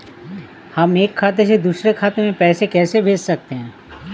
हम एक खाते से दूसरे खाते में पैसे कैसे भेज सकते हैं?